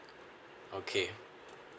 okay